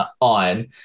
on